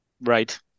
right